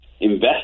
invest